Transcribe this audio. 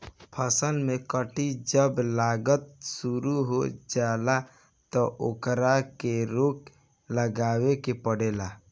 फसल में कीट जब लागल शुरू हो जाला तब ओकरा के रोक लगावे के पड़ेला